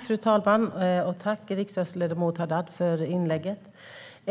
Fru talman! Jag tackar riksdagsledamot Haddad för inlägget. Om